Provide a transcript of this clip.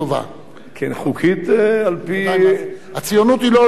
כן, חוקית על-פי, הציוניות היא לא לא-חוקית.